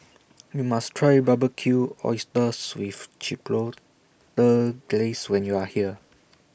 YOU must Try Barbecued Oysters with Chipotle Glaze when YOU Are here